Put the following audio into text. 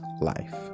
life